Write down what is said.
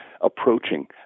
approaching